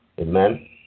Amen